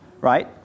Right